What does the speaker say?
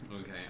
Okay